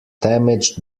damaged